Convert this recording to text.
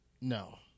No